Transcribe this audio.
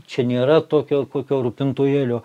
čia nėra tokio kokio rūpintojėlio